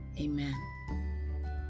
Amen